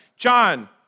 John